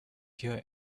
hear